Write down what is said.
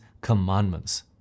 commandments